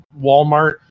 Walmart